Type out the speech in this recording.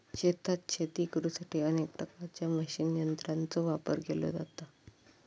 शेतात शेती करुसाठी अनेक प्रकारच्या मशीन यंत्रांचो वापर केलो जाता